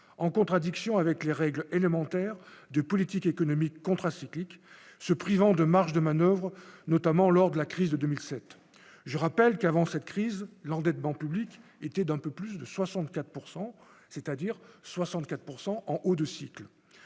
en contradiction avec les règles élémentaires de politique économique contracyclique, se privant de marges de manoeuvre, notamment lors de la crise de 2007, je rappelle qu'avant cette crise, l'endettement public était d'un peu plus de 64 pourcent, c'est-à-dire 64 pourcent en haut de cycle,